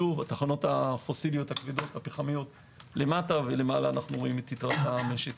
את התחנות הפוסיליות הכבדות הפחמיות למטה ולמעלה את יתרת המשק.